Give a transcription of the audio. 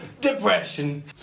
depression